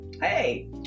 Hey